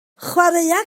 chwaraea